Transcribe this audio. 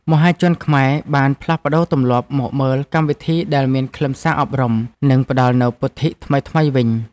មហាជនខ្មែរបានផ្លាស់ប្តូរទម្លាប់មកមើលកម្មវិធីដែលមានខ្លឹមសារអប់រំ និងផ្តល់នូវពុទ្ធិថ្មីៗវិញ។